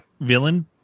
villain